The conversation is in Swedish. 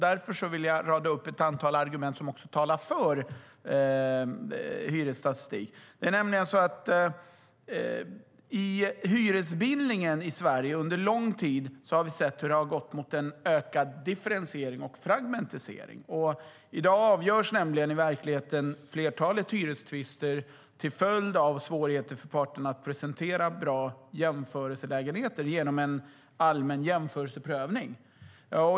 Därför vill jag rada upp ett antal argument som talar för hyresstatistik. Hyresbildningen i Sverige har under lång tid gått mot en ökad differentiering och fragmentisering. I dag avgörs flertalet hyrestvister, till följd av svårigheter för parterna att presentera bra jämförelselägenheter, genom en allmän jämförelseprövning.